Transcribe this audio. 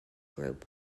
group